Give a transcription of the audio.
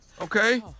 okay